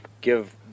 Give